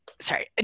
Sorry